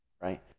Right